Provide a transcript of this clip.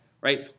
right